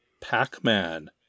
Pac-Man